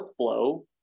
workflow